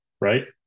Right